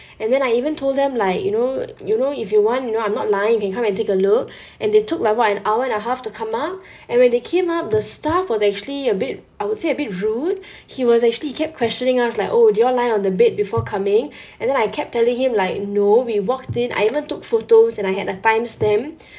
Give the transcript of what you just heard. and then I even told them like you know you know if you want you know I'm not lying you can come and take a look and they took like what an hour and a half to come up and when they came up the staff was actually a bit I would say a bit rude he was actually kept questioning us like oh did you all lie on the bed before coming and then I kept telling him like no we walked in I even took photos and I had a time stamp